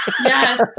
Yes